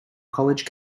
college